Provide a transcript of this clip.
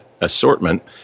assortment